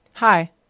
Hi